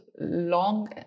long